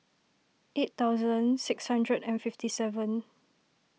eight thousand six hundred and fifty seven